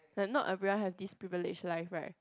that no every one have this privileged life right